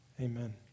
Amen